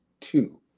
two